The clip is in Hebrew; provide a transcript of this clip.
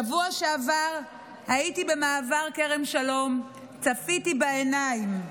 בשבוע שעבר הייתי במעבר כרם שלום וצפיתי בעיניים: